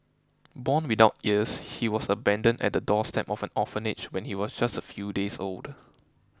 born without ears he was abandoned at the doorstep of an orphanage when he was just a few days old